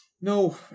No